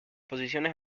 posiciones